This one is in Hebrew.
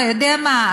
אתה יודע מה,